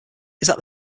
that